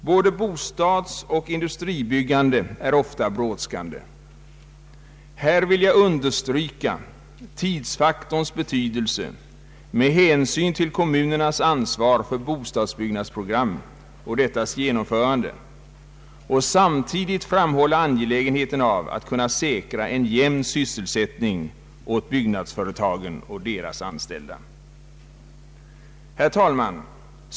Både bostadsoch industribyggande är ofta brådskande. Här vill jag understryka tidsfaktorns betydelse med hänsyn till kommunernas ansvar för bostadsbyggnadsprogrammet och dettas genomförande och samtidigt framhålla angelägenheten av att kunna säkra en jämn sysselsättning åt byggnadsföretagen och deras anställda. Herr talman!